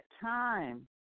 time